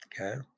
okay